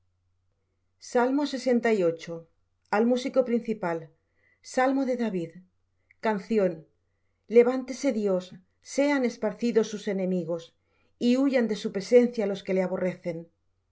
al músico principal salmo de david canción levantese dios sean esparcidos sus enemigos y huyan de su presencia los que le aborrecen